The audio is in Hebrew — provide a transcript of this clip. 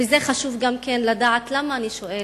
וזה חשוב גם לדעת למה אני שואלת: